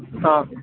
हां